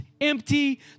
empty